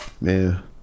man